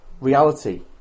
reality